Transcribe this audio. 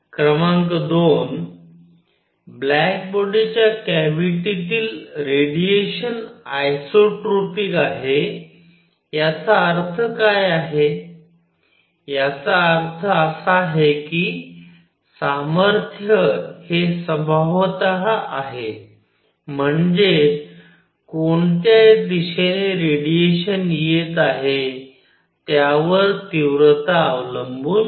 क्रमांक 2 ब्लॅक बॉडीच्या कॅव्हिटीतील रेडिएशन आईसोट्रोपिक आहे याचा अर्थ काय आहे याचा अर्थ असा आहे की सामर्थ्य हे स्वभावतः आहे म्हणजेच कोणत्या दिशेने रेडिएशन येत आहे यावर तीव्रता अवलंबून नाही